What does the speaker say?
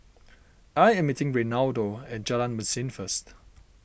I am meeting Reinaldo at Jalan Mesin first